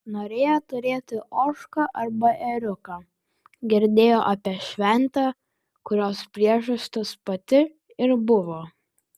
norėjo turėti ožką arba ėriuką girdėjo apie šventę kurios priežastis pati ir buvo